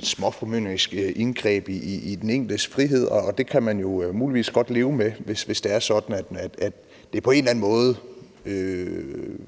småformynderisk indgreb i den enkeltes frihed, og det kan man jo muligvis godt leve med, hvis det er sådan, at det på en eller anden måde